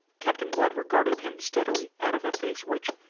captain blood regarded him steadily out of a face which,